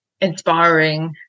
inspiring